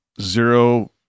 zero